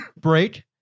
break